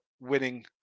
winning